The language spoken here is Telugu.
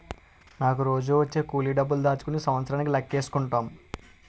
నాకు రోజూ వచ్చే కూలి డబ్బులు దాచుకుని సంవత్సరానికి లెక్కేసుకుంటాం